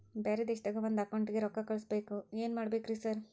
ಬ್ಯಾರೆ ದೇಶದಾಗ ಒಂದ್ ಅಕೌಂಟ್ ಗೆ ರೊಕ್ಕಾ ಕಳ್ಸ್ ಬೇಕು ಏನ್ ಮಾಡ್ಬೇಕ್ರಿ ಸರ್?